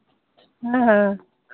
हाँ हाँ